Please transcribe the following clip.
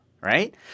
right